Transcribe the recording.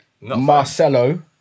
Marcelo